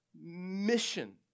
mission